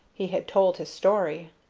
he had told his story.